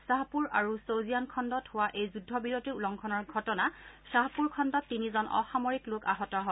খাহপুৰ আৰু চৌজিয়ান খণ্ডত হোৱা এই যুদ্ধবিৰতিৰ উলংঘনৰ ঘটনা খাহপুৰ খণ্ডত তিনিজন অসামৰিক লোক আহত হয়